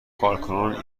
کارکنان